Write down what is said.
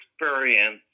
experience